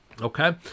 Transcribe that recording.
Okay